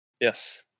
Yes